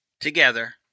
together